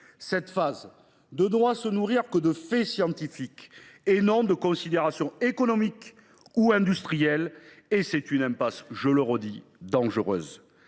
Cette phase ne doit se nourrir que de faits scientifiques et non de considérations économiques ou industrielles. Ce que vous proposez, je le redis, est